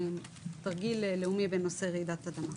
תרגיל לאומי בנושא רעידת אדמה.